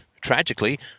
tragically